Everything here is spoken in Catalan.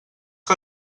que